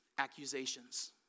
accusations